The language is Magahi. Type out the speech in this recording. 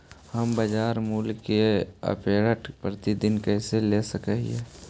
हम बाजार मूल्य के अपडेट, प्रतिदिन कैसे ले सक हिय?